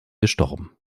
gestorben